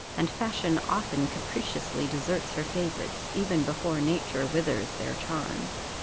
and fashion often capriciously deserts her favourites, even before nature withers their charms.